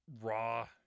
raw